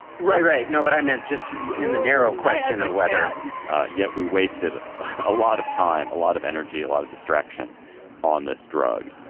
right. right no, but i meant just in the narrow question of whether yet we wasted a lot of time, time, a lot of energy, a lot of distraction on this drug.